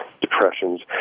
depressions